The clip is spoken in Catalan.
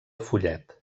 fullet